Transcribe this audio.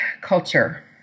culture